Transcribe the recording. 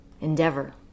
endeavor